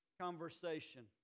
conversation